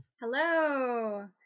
Hello